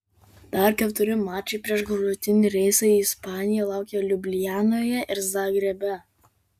dar keturi mačai prieš galutinį reisą į ispaniją laukia liublianoje ir zagrebe